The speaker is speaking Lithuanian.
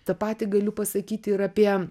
tą patį galiu pasakyti ir apie